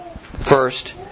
First